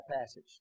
passage